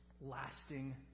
lasting